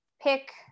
pick